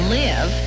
live